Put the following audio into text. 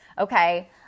okay